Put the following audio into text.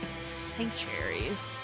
sanctuaries